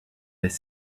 les